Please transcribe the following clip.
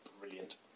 Brilliant